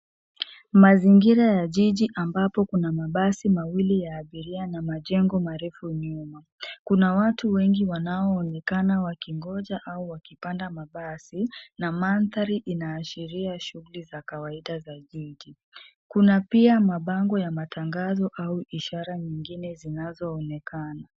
Mazingira ya jiji ambapo kuna mabasi mawili ya abiria na majengo marefu nyuma. Kuna watu wengi wanaoonekana wakingoja au wakipanda mabasi na mandhari inaashiria shughuli za kawaida za jiji. Kuna pia mabango ya matangazo au ishara nyingine zinazoonekana.